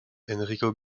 enrico